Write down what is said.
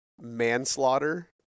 manslaughter